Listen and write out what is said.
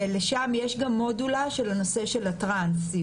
ולשם יש גם מודולה של נושא הטרנסיות.